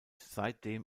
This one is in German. seitdem